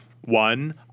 one